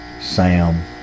Sam